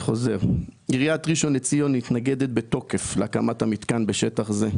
עיריית ראשון לציון מתנגדת בתוקף להקמת המתקן בשטח הזה.